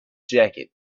jacket